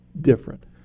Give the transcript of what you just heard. different